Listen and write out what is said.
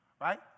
right